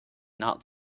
not